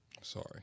Sorry